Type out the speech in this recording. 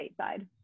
stateside